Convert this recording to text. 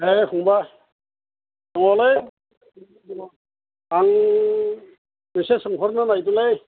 नै फंबाय माबालै आं इसे सोंहरनो नागिरदोंलै